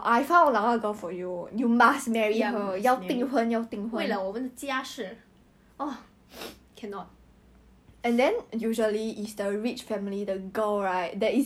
no 他不帅 because 你传染给我 COVID I think it's just cold but now I feel very hot